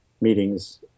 meetings